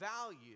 value